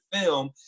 film